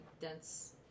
dense